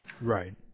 right